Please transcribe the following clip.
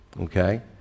Okay